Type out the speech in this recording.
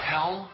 Hell